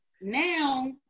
now